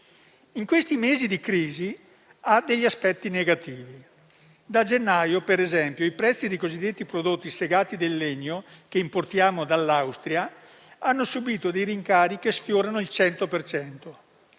In questi mesi di crisi sono emersi aspetti negativi: da gennaio, per esempio, i prezzi dei cosiddetti prodotti segati del legno, che importiamo dall'Austria, hanno subito rincari che sfiorano il cento